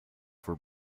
for